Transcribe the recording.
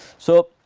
so,